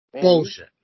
Bullshit